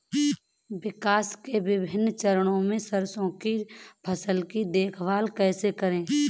विकास के विभिन्न चरणों में सरसों की फसल की देखभाल कैसे करें?